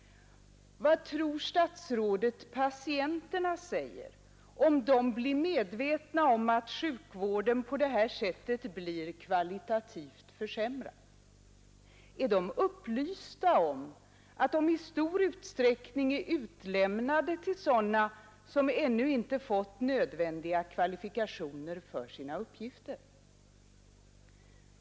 Vad tror statsrådet patienterna säger om de blir medvetna om att sjukvården på det här sättet blir kvalitativt försämrad? Är de upplysta om att de i stor utsträckning är utlämnade till sådana som ännu inte fått nödvändiga kvalifikationer för sina uppgifter?